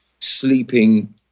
sleeping